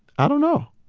i don't know.